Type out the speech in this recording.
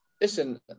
listen